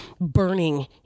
burning